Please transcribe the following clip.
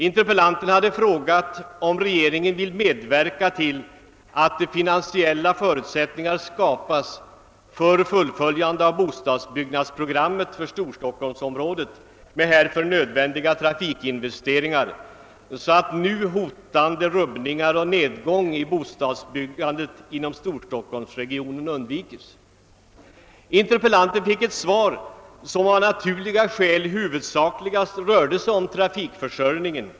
Interpellanten hade frågat, om regeringen ville medverka till att finansiella förutsättningar skapades för fullföljande av bostadsbyggnadsprogrammet för «Storstockholmsområdet med härför nödvändiga trafikinvesteringar, så att nu hotande rubbningar och nedgång i bostadsbyggandet inom <Storstockholmsregionen undveks. Interpellanten fick ett svar som av naturliga skäl huvudsakligast rörde sig om trafikförsörjningen.